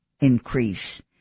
increase